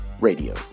radio